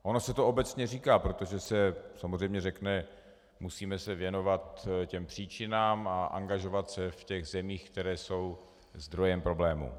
Ono se to obecně říká, protože se samozřejmě řekne musíme se věnovat příčinám a angažovat se v těch zemích, které jsou zdrojem problémů.